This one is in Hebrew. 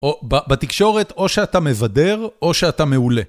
בתקשורת או שאתה מבדר או שאתה מעולה.